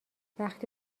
وقتی